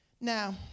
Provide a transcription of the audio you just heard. Now